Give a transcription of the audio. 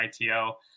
ito